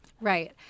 Right